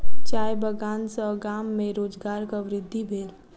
चाय बगान सॅ गाम में रोजगारक वृद्धि भेल